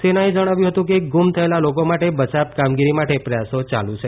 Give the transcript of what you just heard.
સેનાએ જણાવ્યું હતું કે ગુમ થયેલા લોકો માટે બયાવ કામગીરી માટે પ્રયાસો યાલુ છે